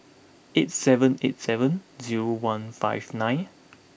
eight seven eight seven zero one five nine